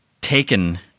taken